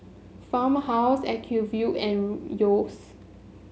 Farmhouse Acuvue and Yeo's